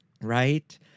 right